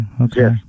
Okay